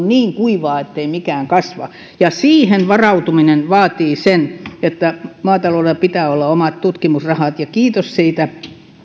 niin kuivaa ettei mikään kasva ja siihen varautuminen vaatii sen että maataloudella pitää olla omat tutkimusrahat kiitos siitä